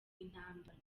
intambara